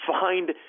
find